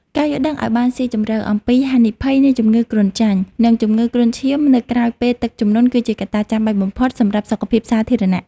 ការយល់ដឹងឱ្យបានស៊ីជម្រៅអំពីហានិភ័យនៃជំងឺគ្រុនចាញ់ និងជំងឺគ្រុនឈាមនៅក្រោយពេលទឹកជំនន់ គឺជាកត្តាចាំបាច់បំផុតសម្រាប់សុខភាពសាធារណៈ។